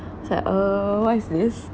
I was like uh what is this